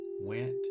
went